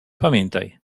pamiętaj